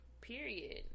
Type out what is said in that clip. Period